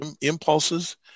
impulses